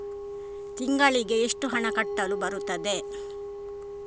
ತಿಂಗಳಿಗೆ ಎಷ್ಟು ಹಣ ಕಟ್ಟಲು ಬರುತ್ತದೆ?